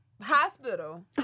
hospital